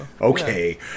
Okay